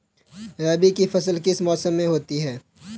रबी की फसल किस मौसम में होती है?